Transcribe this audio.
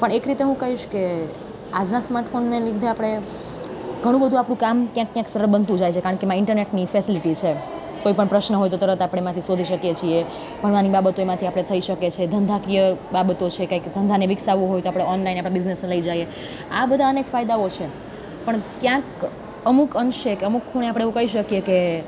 પણ એટલી તો હું કહીશ કે આજના સ્માર્ટફોનના લીધે આપણે ઘણું બધું આપણું કામ ક્યાંક ને ક્યાંક સરળ બનતું જાય છે કારણ કે એમાં ઇન્ટરનેટની ફેસીલીટીસ હોય કોઈ પણ પ્રશ્ન હોય તો તરત એમાંથી શોધી શકીએ છે ભણવાની બાબતો એમાંથી આપણે થઈ શકે છે ધંધાકીય બાબતો છે કાંઈક ધંધાની વિકસાવું હોય તો ઓનલાઇન આપણે બિઝનેસને લઈ જાએ આ બધા અનેક ફાયદાઓ છે પણ ક્યાંક અમુક અંશે અમુક ખૂણે આપણે એવું કહી શકીએ કે